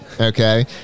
Okay